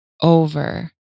over